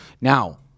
Now